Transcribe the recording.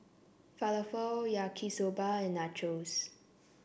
Falafel Yaki Soba and Nachos